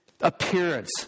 appearance